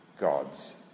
God's